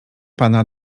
pana